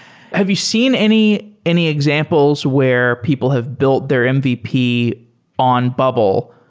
have you seen any any examples where people have built their mvp on bubble?